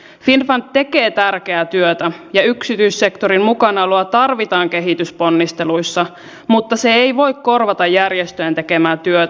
finnfund tekee tärkeää työtä ja yksityissektorin mukanaoloa tarvitaan kehitysponnisteluissa mutta se ei voi korvata järjestöjen tekemää työtä